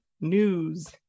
news